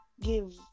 give